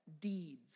deeds